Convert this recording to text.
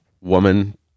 woman